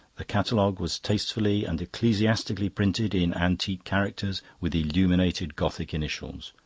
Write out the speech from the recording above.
the catalogue was tastefully and ecclesiastically printed in antique characters with illuminated gothic initials.